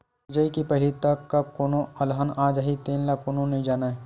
मिजई के पहिली तक कब कोनो अलहन आ जाही तेन ल कोनो नइ जानय